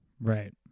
Right